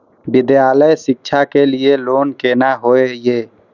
विद्यालय शिक्षा के लिय लोन केना होय ये?